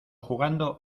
jugando